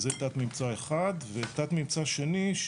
זה תת ממצא אחד ותת ממצא שני,